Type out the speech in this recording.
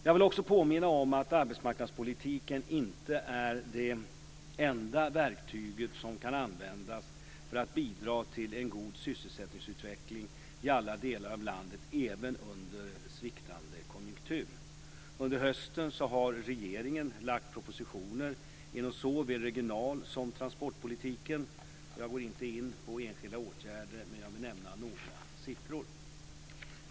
Jag vill också påminna om att arbetsmarknadspolitiken inte är det enda verktyg som kan användas för att bidra till en god sysselsättningsutveckling i alla delar av landet även under sviktande konjunktur. Under hösten har regeringen lagt fram propositioner inom såväl regional som transportpolitiken. Jag går inte in på enskilda åtgärder, men jag vill nämna några siffror.